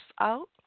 out